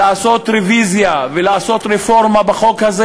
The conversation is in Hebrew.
מלעשות רוויזיה ולעשות רפורמה בחוק הזה